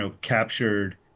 captured